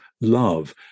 love